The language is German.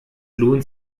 lohnt